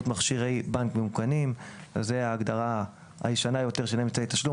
מכשירי בנק ממוכנים; זוהי ההגדרה הישנה יותר של אמצעי תשלום,